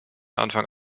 anfang